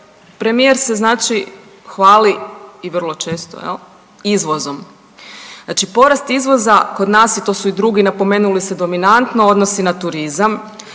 premijer se znači hvali i vrlo često jel izvozom. Znači porast izvoza kod nas je, to su i drugi napomenuli se dominantno odnosi na turizam.